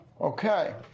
Okay